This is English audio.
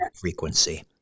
frequency